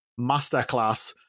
Masterclass